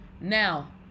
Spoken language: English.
Now